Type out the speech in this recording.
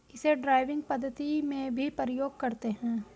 इसे ड्राइविंग पद्धति में भी प्रयोग करते हैं